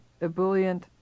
ebullient